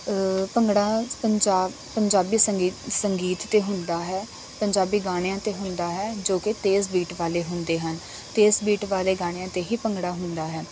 ਭੰਗੜਾ ਪੰਜਾਬ ਪੰਜਾਬੀ ਸੰਗੀਤ ਸੰਗੀਤ 'ਤੇ ਹੁੰਦਾ ਹੈ ਪੰਜਾਬੀ ਗਾਣਿਆਂ 'ਤੇ ਹੁੰਦਾ ਹੈ ਜੋ ਕਿ ਤੇਜ਼ ਬੀਟ ਵਾਲੇ ਹੁੰਦੇ ਹਨ ਤੇਜ਼ ਬੀਟ ਵਾਲੇ ਗਾਣਿਆਂ 'ਤੇ ਹੀ ਭੰਗੜਾ ਹੁੰਦਾ ਹੈ